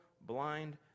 blind